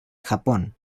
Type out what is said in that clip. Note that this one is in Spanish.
japón